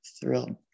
thrilled